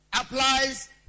applies